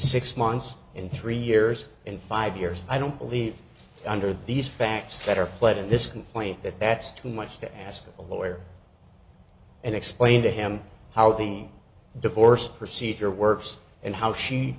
six months and three years and five years i don't believe under these facts that are put in this complaint that that's too much to ask a lawyer and explain to him how the divorce procedure works and how she